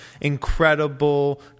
incredible